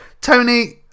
Tony